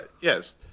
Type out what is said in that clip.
yes